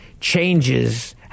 changes